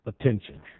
attention